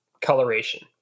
coloration